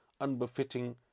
unbefitting